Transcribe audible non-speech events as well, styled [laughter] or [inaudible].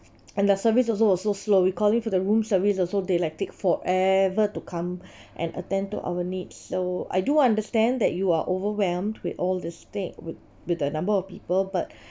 and the service also was so slow we calling for the room service also they like take forever to come and attend to our needs so I do understand that you are overwhelmed with all the stay with with the number of people but [breath]